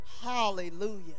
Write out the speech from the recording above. Hallelujah